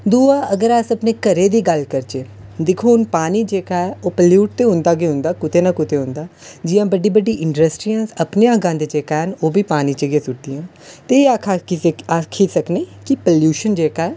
दूआ अगर अस अपने घरै दी गल्ल करचै दिक्खो हून पानी जेह्का ऐ ओह् पलियूट ते होंदा गै होंदा कुतै नां कुतै होंदा जि'यां बड्डी बड्डी इंडरस्टिज़ अपना गंद जेह्का ऐ ओह् बी पानी च गै सु'ट्टदियां न एह् आक्खी सकने कि पलियूशन जेह्का ऐ बद्धा ऐ